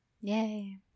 yay